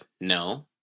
no